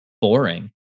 boring